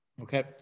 Okay